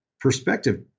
perspective